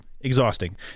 Exhausting